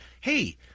hey